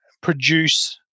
produce